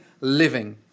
living